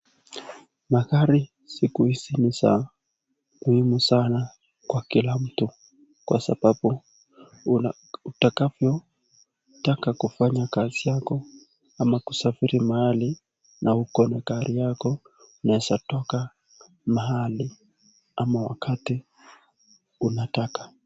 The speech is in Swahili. Magari siku hizi ni za muhimu sana kwa kila mtu kwa sababu utakavyo taka kufanya kazi yako ama kusafiri mahali na uko na gari yako unaweza toka mahali ama wakati unataka.